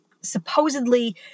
supposedly